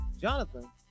Jonathan